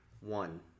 one